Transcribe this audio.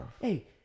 Hey